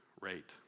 rate